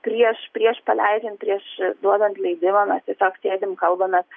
prieš prieš paleidžiant prieš duodant leidimą mes tiesiog sėdim kalbamės